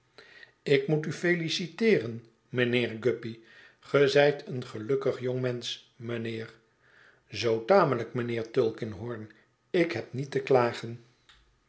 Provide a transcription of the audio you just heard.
ik moet u feliciteeren mijnheer guppy ge zijt een gelukkig jongmensch mijnheer zoo tamelijk mijnheer tulkinghorn ik heb niet te kla